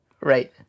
right